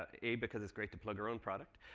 ah a, because it's great to plug our own product.